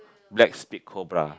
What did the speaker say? black spit cobra